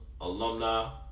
Alumni